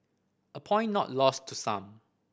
a point not lost to some